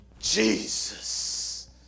Jesus